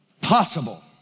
possible